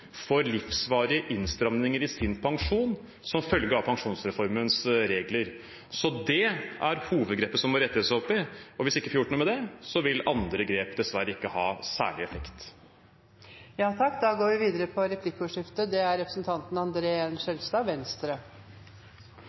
livsvarige innstramminger i sin pensjon som følge av pensjonsreformens regler. Det er hovedgrepet som det må rettes opp i. Hvis vi ikke får gjort noe med det, vil andre grep dessverre ikke ha særlig effekt. Representanten Lundteigen – for å starte der – kalte kriminelle for «fagfolk i sitt fag», og det utbroderer på mange måter representanten